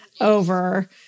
over